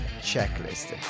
checklist